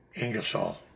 Ingersoll